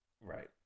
Right